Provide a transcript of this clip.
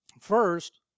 First